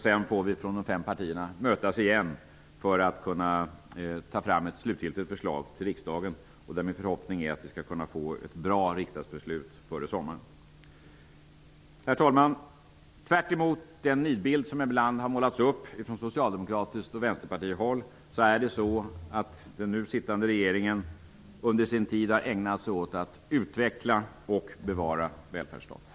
Sedan får vi från de fem partierna mötas igen för att kunna ta fram ett slutgiltigt förslag till riksdagen. Där är min förhoppning att vi skall kunna få ett bra riksdagsbeslut före sommaren. Herr talman! Tvärtemot den nidbild som ibland har målats upp från socialdemokratiskt håll och Vänsterpartihåll har den nu sittande regeringen under sin tid ägnat sig åt att utveckla och bevara välfärdsstaten.